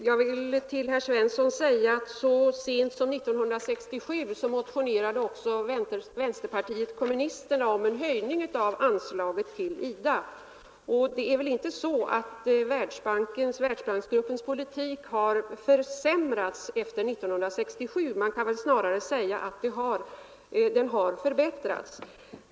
Herr talman! Så sent som 1967 motionerade också vänsterpartiet kommunisterna om en höjning av anslaget till IDA. Det är väl inte så att Världsbanksgruppens politik har försämrats efter 1967? Man kan väl snarare säga att den har förbättrats.